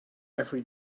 every